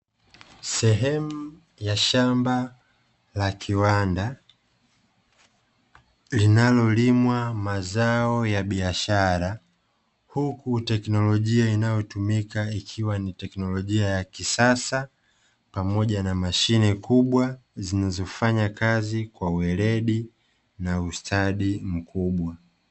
Sehemu ya shamba la kiwanda linalolimwa mazao ya biashara, huku teknolojia inayotumika ikiwa ni teknolojia ya kisasa pamoja na mashine kubwa zinazofanya kazi kwa uweledi na ustadi mkubwa.